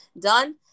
done